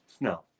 no